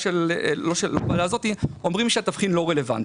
אנחנו רואים